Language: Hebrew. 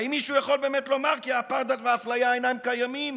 האם מישהו יכול באמת לומר כי האפרטהייד והאפליה אינם קיימים?